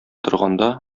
торганда